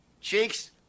cheeks